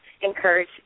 encourage